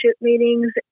meetings